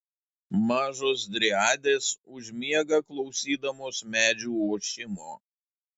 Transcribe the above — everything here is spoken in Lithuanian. mažos driadės užmiega klausydamos medžių ošimo